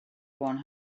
one